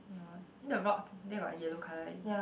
orh then the rock there got yellow colour already